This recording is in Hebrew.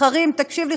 תקשיב לי,